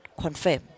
confirm